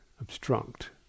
obstruct